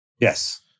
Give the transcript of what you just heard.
Yes